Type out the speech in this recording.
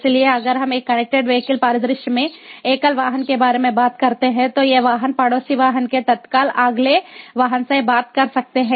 इसलिए अगर हम एक कनेक्टेड वीहिकल परिदृश्य में एकल वाहन के बारे में बात करते हैं तो ये वाहन पड़ोसी वाहन के तत्काल अगले वाहन से बात कर सकते हैं